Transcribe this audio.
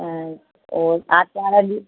त उहो आरितवारु ॾींहुं